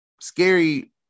scary